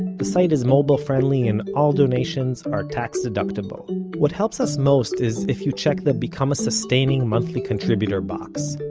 the site is mobile friendly, and all donations are tax-deductible what helps us most is if you check the become a sustaining, monthly contributor box.